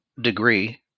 degree